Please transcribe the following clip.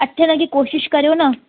अठें लॻे कोशिशि करियो न